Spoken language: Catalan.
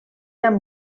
amb